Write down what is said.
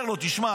אומר לו: תשמע,